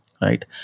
Right